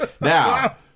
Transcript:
Now